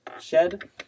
shed